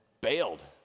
bailed